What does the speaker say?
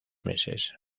meses